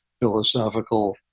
philosophical